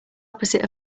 opposite